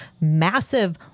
massive